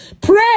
Pray